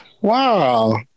Wow